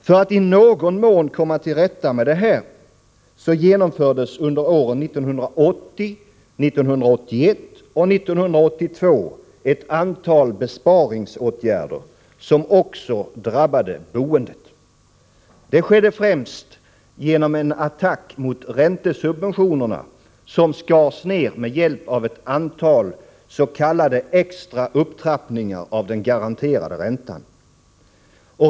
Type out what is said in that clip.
För att i någon mån komma till rätta med detta genomfördes under åren 1980, 1981 och 1982 ett antal besparingsåtgärder, som också drabbade boendet. Det skedde främst genom en attack mot räntesubventionerna, som skars ner med hjälp av ett antals.k. extra upptrappningar av den garanterade räntan.